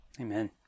Amen